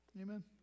Amen